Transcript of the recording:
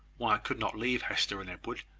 why i could not leave hester and edward.